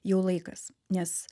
jau laikas nes